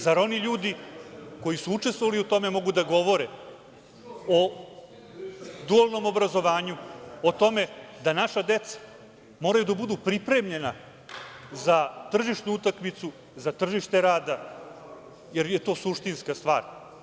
Zar oni ljudi koji su učestvovali u tome mogu da govore o dualnom obrazovanju, o tome da naša deca moraju da budu pripremljena za tržišnu utakmicu, tržište rada jer je to suštinska stvar.